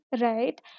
right